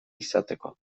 izateko